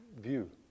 view